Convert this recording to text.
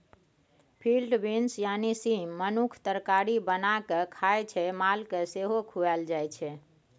field beans यानी सीम मनुख तरकारी बना कए खाइ छै मालकेँ सेहो खुआएल जाइ छै